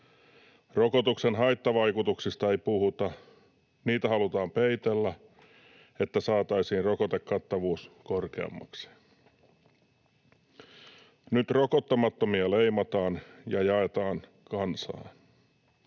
Rokotuksen haittavaikutuksista ei puhuta. Niitä halutaan peitellä, jotta saataisiin rokotekattavuus korkeammaksi. Nyt rokottamattomia leimataan ja jaetaan kansaa.